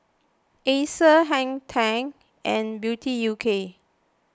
Acer Hang ten and Beauty U K